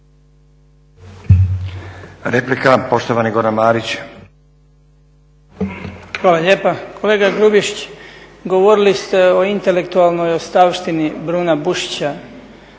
**Marić, Goran (HDZ)** Hvala lijepa. Kolega Grubišić govorili ste o intelektualnoj ostavštini Bruna Bušića,